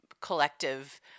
collective